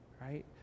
Right